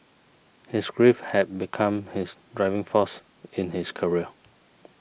his grief had become his driving force in his career